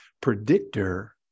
predictor